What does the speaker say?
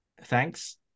thanks